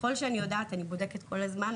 ככל שאני יודעת ואני בודקת כל הזמן,